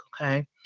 okay